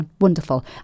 wonderful